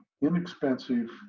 inexpensive